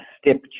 step